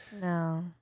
No